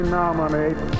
nominate